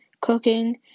cooking